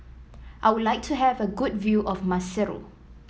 I would like to have a good view of Maseru